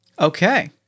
Okay